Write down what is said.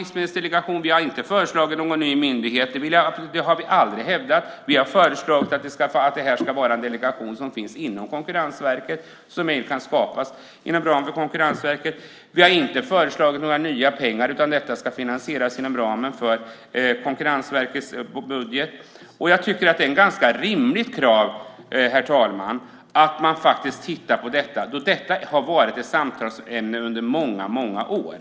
Vi har inte föreslagit någon ny myndighet - det har vi aldrig hävdat. Vi har föreslagit att det ska vara en livsmedelsdelegation som finns inom Konkurrensverket, som kan skapas inom ramen för Konkurrensverket. Vi har inte föreslagit några nya pengar, utan detta ska finansieras inom ramen för Konkurrensverkets budget. Jag tycker att det är ett ganska rimligt krav, herr talman, att man tittar på detta då det har varit ett samtalsämne under många år.